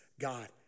God